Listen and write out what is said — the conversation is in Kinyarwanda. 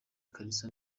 ikariso